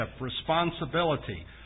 responsibility